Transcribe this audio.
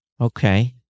Okay